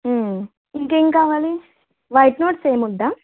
ఇంకా ఏమి కావాలి వైట్ నోట్స్ ఏమి వద్దా